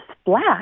splash